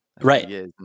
Right